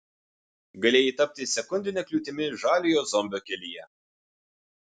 galėjai tapti sekundine kliūtimi žaliojo zombio kelyje